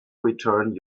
return